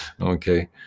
Okay